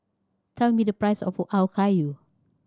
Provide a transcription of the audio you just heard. tell me the price of Okayu